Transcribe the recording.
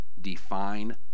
define